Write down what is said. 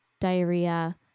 diarrhea